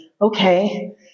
Okay